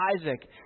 Isaac